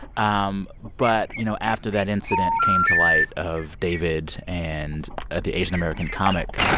um but, you know, after that incident came to light of david and ah the asian-american comic,